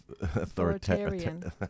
authoritarian